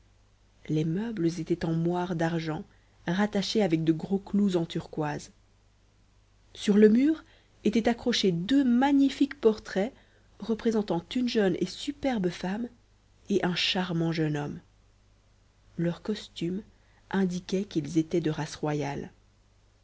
les meubles étaient en moire d'argent rattachée avec de gros clous en turquoise sur le mur étaient accrochés deux magnifiques portraits représentant une jeune et superbe femme et un charmant jeune homme leurs costumes indiquaient qu'ils étaient de race royale